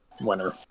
winner